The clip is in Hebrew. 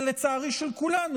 ולצערי של כולנו,